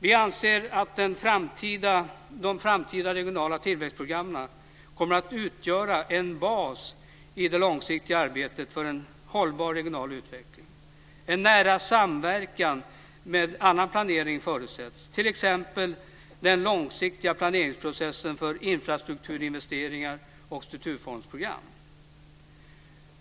Vi anser att de framtida regionala tillväxtprogrammen kommer att utgöra en bas i det långsiktiga arbetet för en hållbar regional utveckling. En nära samverkan med annan planering förutsätts, t.ex. den långsiktiga planeringsprocessen för infrastrukturinvesteringar och strukturfondsprogram.